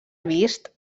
vist